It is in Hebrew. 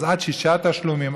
אז עד שישה תשלומים,